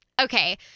okay